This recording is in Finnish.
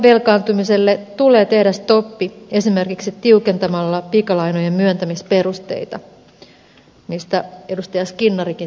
ylivelkaantumiselle tulee tehdä stoppi esimerkiksi tiukentamalla pikalainojen myöntämisperusteita mistä edustaja skinnarikin täällä hyvin viisaasti puhui